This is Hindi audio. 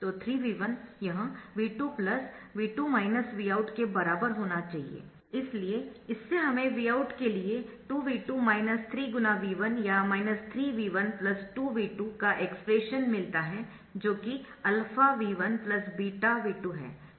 तो 3V1 यह V2 V2 Vout के बराबर होना चाहिए इसलिए इससे हमें Vout के लिए 2V2 3 × V1 या 3×V1 2×V2 का एक्सप्रेशन मिलता है जो कि αV1 β V2 है